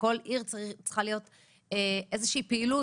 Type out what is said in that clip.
בכל עיר צריכה להיות איזושהי פעילות